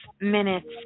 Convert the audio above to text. minutes